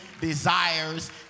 desires